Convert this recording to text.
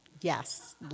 Yes